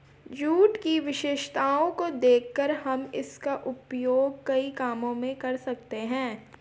jute की विशेषताओं को देखकर हम इसका उपयोग कई कामों में कर सकते हैं